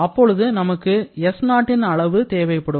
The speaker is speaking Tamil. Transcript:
அப்பொழுது நமக்கு s0ன் அளவு தேவைப்படும்